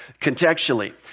contextually